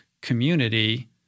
community